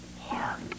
heart